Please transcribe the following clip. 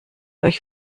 euch